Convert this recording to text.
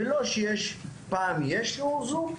ולא שפעם יש שיעור זום,